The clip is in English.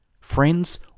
friends